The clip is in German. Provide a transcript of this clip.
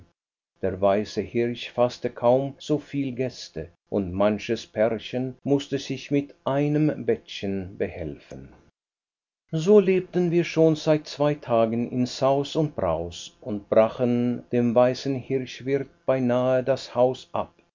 der weiße hirsch faßte kaum so viel gäste und manches pärchen mußte sich mit einem bettchen behelfen so lebten wir schon seit zwei tagen in saus und braus und brachen dem weißen hirschwirt beinahe das haus ab